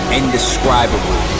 indescribable